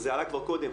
זה עלה כבר קודם,